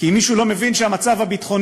כי אם מישהו לא מבין שהמצב הביטחוני,